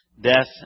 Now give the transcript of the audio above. death